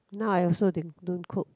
now I also didn~ don't cook